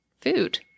food